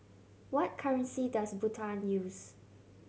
what currency does Bhutan use